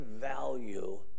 value